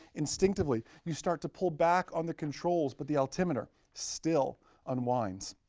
instinctively, you start to pull back on the controls but the altimeter still unwinds.